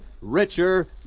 richer